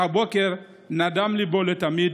והבוקר נדם ליבו לתמיד.